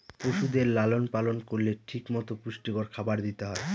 পশুদের লালন পালন করলে ঠিক মতো পুষ্টিকর খাবার দিতে হয়